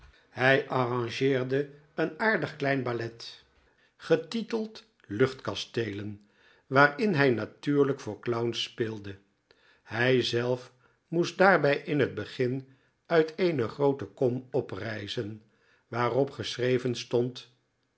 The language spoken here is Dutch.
hij arrangeerde jozef grimaldi een aardig klein ballet getiteld luchtkasteelen waarin hij natuurlijk voor clown speelde hij zelf moest daarbij in het begin uit eene groote kom oprijzen waarop geschreven stond